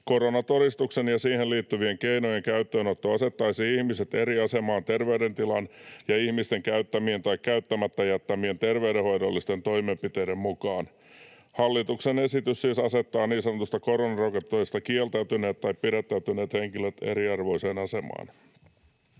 Koronatodistuksen ja siihen liittyvien keinojen käyttöönotto asettaisi ihmiset eri asemaan terveydentilan ja ihmisten käyttämien tai käyttämättä jättämien terveydenhoidollisten toimenpiteiden mukaan. Hallituksen esitys siis asettaa niin sanotusta koronarokotteesta kieltäytyneet tai pidättäytyneet henkilöt eriarvoiseen asemaan.